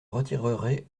retirerai